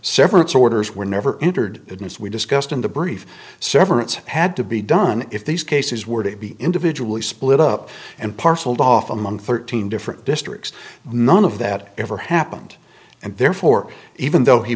severance orders were never entered goodness we discussed in the brief severance had to be done if these cases were to be individually split up and parcelled off among thirteen different districts none of that ever happened and therefore even though he